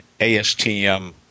ASTM